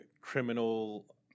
criminal